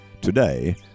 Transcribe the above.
today